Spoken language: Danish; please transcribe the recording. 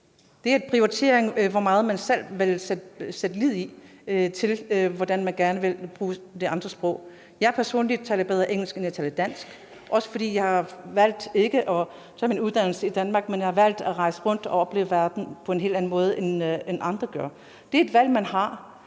Det er en prioritering af, hvor meget man vil bruge de andre sprog. Jeg personligt taler bedre engelsk, end jeg taler dansk, også fordi jeg har valgt ikke at tage min uddannelse i Danmark, men har valgt at rejse rundt og opleve verden på en helt anden måde, end andre gør. Det er et valg, man har,